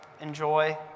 enjoy